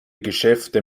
geschäfte